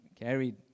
carried